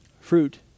Fruit